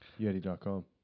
Yeti.com